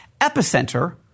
Epicenter